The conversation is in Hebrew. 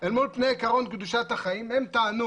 אל מול עיקרון קדושת החיים", הם טענו,